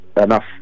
enough